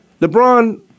Lebron